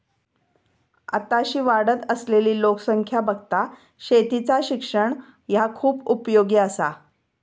आताशी वाढत असलली लोकसंख्या बघता शेतीचा शिक्षण ह्या खूप उपयोगी आसा